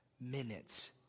minutes